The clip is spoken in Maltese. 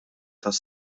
tas